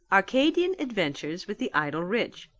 arcadian adventures with the idle rich,